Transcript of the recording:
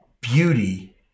beauty